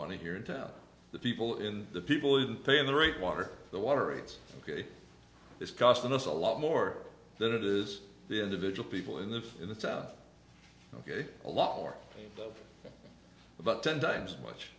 money here in town the people in the people even paying the rate water the water it's ok it's costing us a lot more than it is the individual people in the in the tough ok a lot more about ten times as much